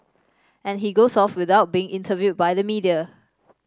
and he goes off without being interviewed by the media